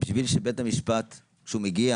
בשביל שכשבית המשפט מגיע